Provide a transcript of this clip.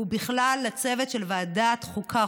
ובכלל לצוות של ועדת החוקה,